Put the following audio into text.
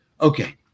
Okay